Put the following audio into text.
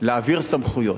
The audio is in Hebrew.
להעביר סמכויות.